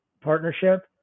partnership